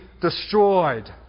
destroyed